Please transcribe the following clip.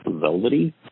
Velvety